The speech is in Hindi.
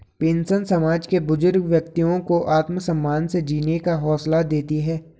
पेंशन समाज के बुजुर्ग व्यक्तियों को आत्मसम्मान से जीने का हौसला देती है